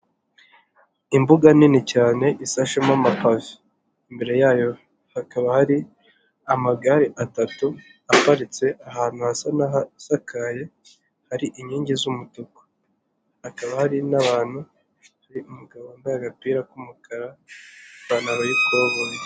Imbuga nini cyane isashemo amapave, imbere yayo hakaba hari amagare atatu aparitse ahantu hasa n'ahasakaye hari inkingi z'umutuku, hakaba hari n'abantu hari umugabo wambaye agapira k'umukara, ipantaro y'ikoboyi.